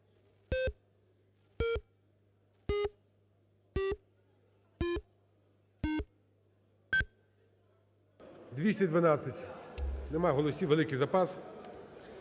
За-212 Нема голосів, великий запас.